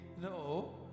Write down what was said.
no